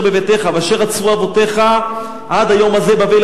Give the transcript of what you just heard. בביתך ואשר אצרו אבותיך עד היום הזה בבל,